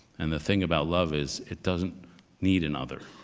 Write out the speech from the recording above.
and the thing about love is, it doesn't need another.